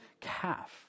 calf